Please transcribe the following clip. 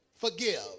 forgive